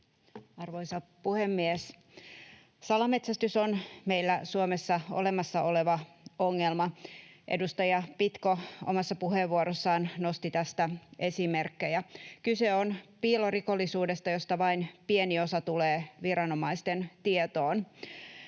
Arvoisa puhemies! Salametsästys on meillä Suomessa olemassa oleva ongelma. Edustaja Pitko omassa puheenvuorossaan nosti tästä esimerkkejä. Kyse on piilorikollisuudesta, josta vain pieni osa tulee viranomaisten tietoon.